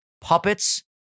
puppets